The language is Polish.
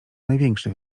największe